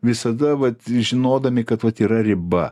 visada vat žinodami kad vat yra riba